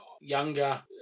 younger